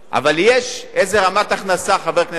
אבל יש איזו רמת הכנסה, חבר הכנסת ביבי,